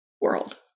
world